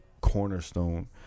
cornerstone